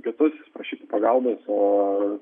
kitus vis prašyti pagalbos o